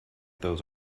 those